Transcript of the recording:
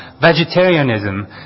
vegetarianism